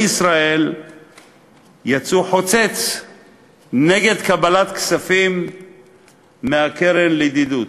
ישראל יצאו חוצץ נגד קבלת כספים מהקרן לידידות.